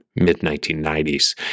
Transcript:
mid-1990s